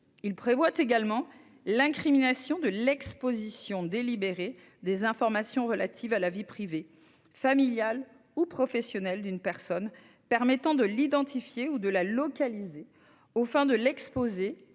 Il prévoit aussi l'incrimination de l'exposition délibérée des informations relatives à la vie privée, familiale ou professionnelle d'une personne permettant de l'identifier ou de la localiser aux fins de l'exposer